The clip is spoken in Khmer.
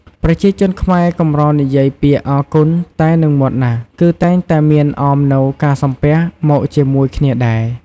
ប្រជាជនខ្មែរកម្រនិយាយពាក្យអរគុណតែនឹងមាត់ណាស់ គឺតែងតែមានអមនូវការសំពះមកជាមួយគ្នាដែរ។